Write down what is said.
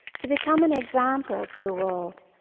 to become an example to the world,